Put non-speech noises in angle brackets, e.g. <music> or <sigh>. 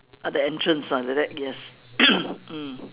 at the entrance ah like that yes <coughs> mm